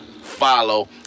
follow